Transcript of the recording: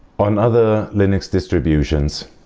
on other linux distributions